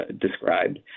described